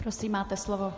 Prosím, máte slovo.